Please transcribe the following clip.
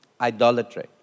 Idolatry